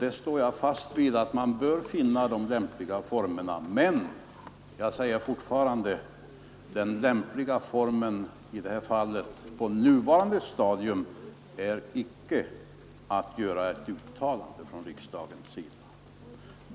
Jag står fast vid att man bör finna dessa lämpliga former men jag säger fortfarande att den lämpliga formen i det här fallet och på nuvarande stadium är att icke göra ett uttalande från riksdagens sida.